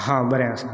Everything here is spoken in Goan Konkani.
हा बरें आसा